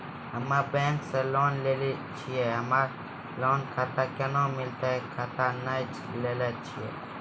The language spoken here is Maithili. हम्मे बैंक से लोन लेली छियै हमरा लोन खाता कैना मिलतै खाता नैय लैलै छियै?